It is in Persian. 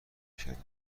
کردم